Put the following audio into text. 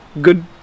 good